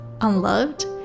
Unloved